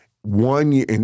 One